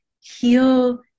heal